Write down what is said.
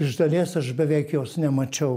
iš dalies aš beveik jos nemačiau